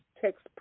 text